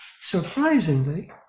Surprisingly